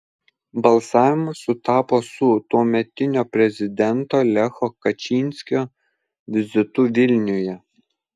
balsavimas sutapo su tuometinio prezidento lecho kačynskio vizitu vilniuje